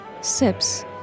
sips